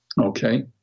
Okay